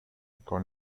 con